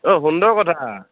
অঁ সুন্দৰ কথা